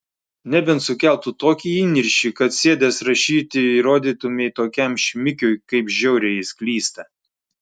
nebent sukeltų tokį įniršį kad sėdęs rašyti įrodytumei tokiam šmikiui kaip žiauriai jis klysta